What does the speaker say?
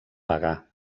pagar